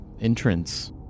entrance